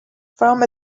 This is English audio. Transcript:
from